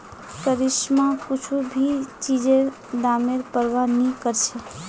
करिश्मा कुछू भी चीजेर दामेर प्रवाह नी करछेक